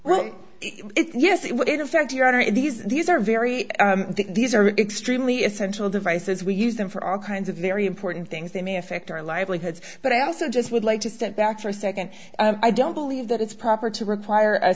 would in effect you are in these these are very these are extremely essential devices we use them for all kinds of very important things they may affect our livelihoods but i also just would like to step back for a nd i don't believe that it's proper to require a